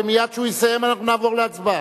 ומייד שהוא יסיים אנחנו נעבור להצבעה.